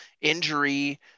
injury